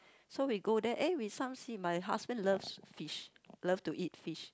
so we go there eh we some see my husband love fish love to eat fish